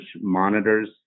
monitors